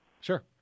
Sure